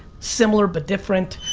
similar but different.